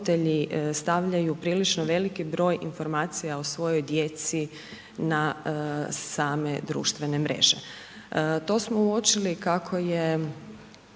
stavljaju prilično veliki broj informacija o svojoj djeci na same društvene mreže. To smo uočili kako je